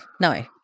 no